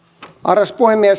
arvoisa puhemies